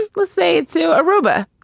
and let's say to aruba,